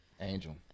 Angel